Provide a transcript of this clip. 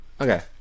okay